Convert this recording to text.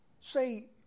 say